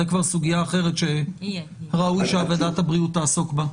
זו כבר סוגיה אחרת שראוי שוועדת הבריאות תעסוק בה.